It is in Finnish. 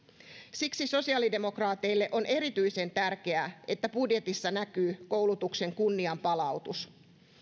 siksi sosialidemokraateille on erityisen tärkeää että budjetissa näkyy koulutuksen kunnianpalautus